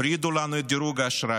הורידו לנו את דירוג האשראי.